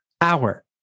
Hour